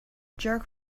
jerk